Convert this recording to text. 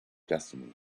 destiny